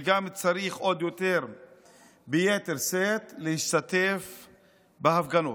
וגם צריך עוד יותר וביתר שאת להשתתף בהפגנות.